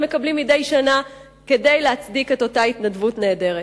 מקבלים מדי שנה כדי להצדיק את אותה התנדבות נהדרת.